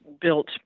built